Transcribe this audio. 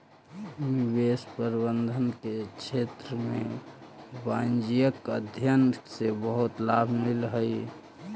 निवेश प्रबंधन के क्षेत्र में वाणिज्यिक अध्ययन से बहुत लाभ मिलऽ हई